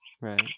Right